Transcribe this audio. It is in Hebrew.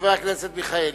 חבר הכנסת מיכאלי.